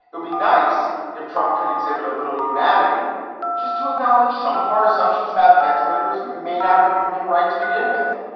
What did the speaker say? it'd be nice if trump could exhibit a little humanity just to acknowledge some of our assumptions about ventilators may not have even been right to begin with.